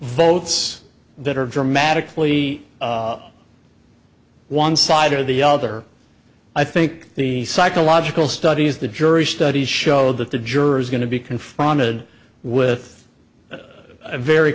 votes that are dramatically up one side or the other i think the psychological studies the jury studies show that the jurors are going to be confronted with a very